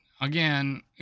Again